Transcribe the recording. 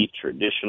traditional